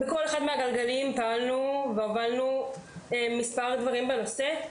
פעלנו והובלנו בכל אחד מהגלגלים מספר דברים בנושא.